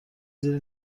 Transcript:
زیر